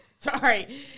Sorry